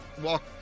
walk